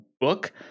book